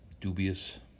dubious